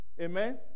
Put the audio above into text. Amen